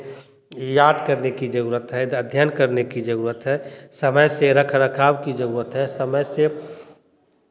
याद करने की ज़रूरत है द अध्यन करने की ज़रूरत है समय से रख रखाव की ज़रूरत है समय से